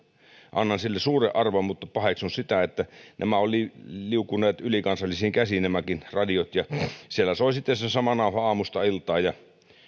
annan sille suuren arvon mutta paheksun sitä että nämäkin radiot olivat liukuneet ylikansallisiin käsiin ja siellä soi sitten se sama nauha aamusta iltaan ja